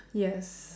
yes